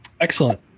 excellent